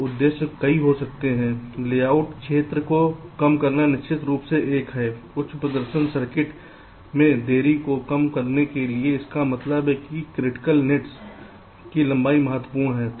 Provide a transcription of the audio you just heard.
तो उद्देश्य कई हो सकते हैं लेआउट क्षेत्र को कम करना निश्चित रूप से एक है उच्च प्रदर्शन सर्किट में देरी को कम करने के लिए इसका मतलब है क्रिटिकल नेट की लंबाई महत्वपूर्ण है